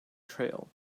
trail